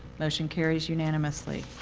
motion carries unanimously.